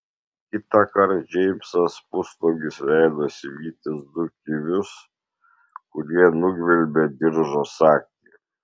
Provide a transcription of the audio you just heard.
kitąkart džeimsas pusnuogis leidosi vytis du kivius kurie nugvelbė diržo sagtį